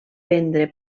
prendre